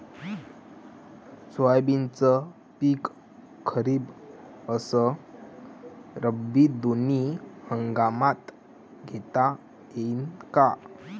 सोयाबीनचं पिक खरीप अस रब्बी दोनी हंगामात घेता येईन का?